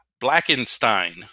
Blackenstein